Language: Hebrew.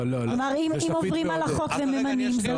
כלומר, אם עוברים על החוק וממנים.